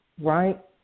right